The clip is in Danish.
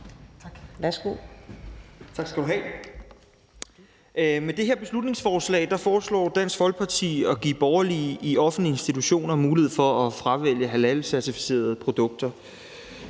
Vad (S): Tak skal du have. Med det her beslutningsforslag foreslår Dansk Folkeparti at give borgerne i offentlige institutioner mulighed for at fravælge halalcertificerede produkter.